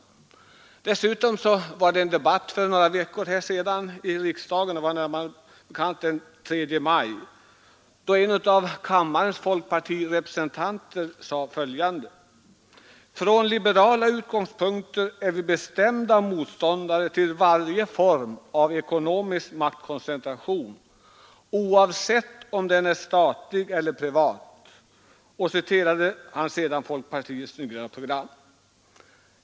Dessutom var det en debatt för några veckor sedan i riksdagen, närmare bestämt den 3 maj, då en av kammarens folkpartirepresentanter sade följande: ”Från liberala utgångspunkter är vi bestämda motståndare till varje form av ekonomisk maktkoncentration — oavsett om den är statlig eller privat”, och sedan citerade han folkpartiets nya program.